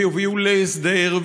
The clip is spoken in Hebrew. ויביאו להסדר,